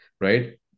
right